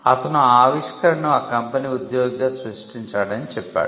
అతను ఆ ఆవిష్కరణను ఆ కంపెనీ ఉద్యోగిగా సృష్టించాడని చెప్పాడు